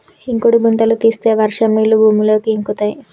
ఇంకుడు గుంతలు తీస్తే వర్షం నీళ్లు భూమిలోకి ఇంకుతయ్